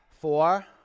Four